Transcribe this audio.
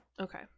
okay